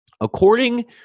According